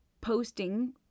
posting